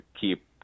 keep